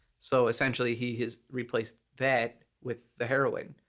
so essentially he has replaced that with the heroin.